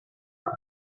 run